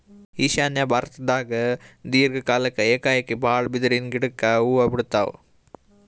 ಈಶಾನ್ಯ ಭಾರತ್ದಾಗ್ ದೀರ್ಘ ಕಾಲ್ಕ್ ಏಕಾಏಕಿ ಭಾಳ್ ಬಿದಿರಿನ್ ಗಿಡಕ್ ಹೂವಾ ಬಿಡ್ತಾವ್